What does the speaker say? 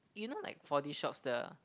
you know like four D shops the